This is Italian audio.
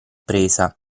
presa